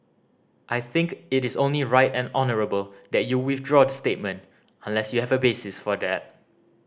I think it is only right and honourable that you withdraw the statement unless you have a basis for that